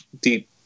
deep